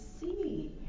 see